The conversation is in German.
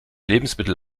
lebensmittel